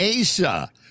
Asa